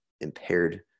impaired